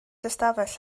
ystafell